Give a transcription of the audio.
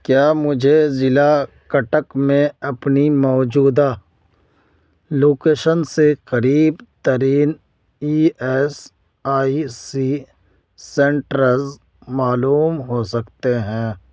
کیا مجھے ضلع کٹک میں اپنی موجودہ لوکیشن سے قریب ترین E S I C centres معلوم ہو سکتے ہیں